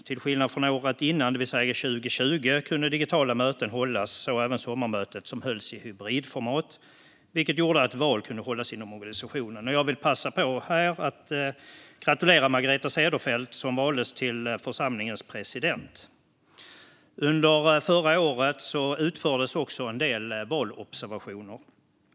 Till skillnad från året innan, det vill säga 2020, kunde digitala möten hållas - så även sommarmötet, som hölls i hybridformat. Detta gjorde att val kunde hållas inom organisationen. Jag vill passa på att gratulera Margareta Cederfelt, som valdes till församlingens president. Under förra året utfördes också en del valobservationer.